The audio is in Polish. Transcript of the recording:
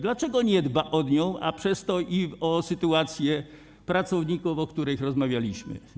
Dlaczego nie dba o nią, a przez to i o sytuację pracowników, o których rozmawialiśmy?